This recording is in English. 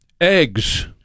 eggs